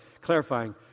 Clarifying